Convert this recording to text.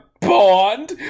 Bond